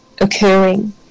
occurring